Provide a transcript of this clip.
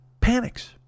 panics